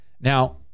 Now